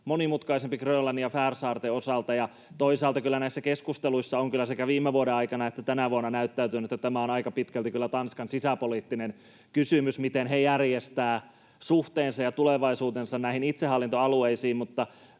monimutkaisempi Grönlannin ja Färsaarten osalta. Toisaalta näissä keskusteluissa on kyllä sekä viime vuoden aikana että tänä vuonna näyttäytynyt, että tämä on aika pitkälti kyllä Tanskan sisäpoliittinen kysymys, miten he järjestävät suhteensa ja tulevaisuutensa näihin itsehallintoalueisiin.